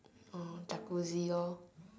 uh Jacuzzi lor